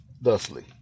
thusly